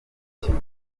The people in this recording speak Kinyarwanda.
mukino